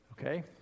Okay